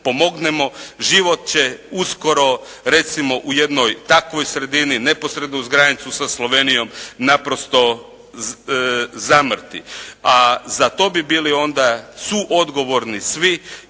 pomognemo, život će uskoro, recimo na jednoj takvoj sredini, neposredno uz granicu sa Slovenijom, naprosto zamrti. A za to bi bili onda suodgovorni svi